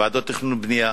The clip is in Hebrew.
ועדות תכנון ובנייה,